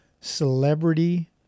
celebrity